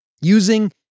Using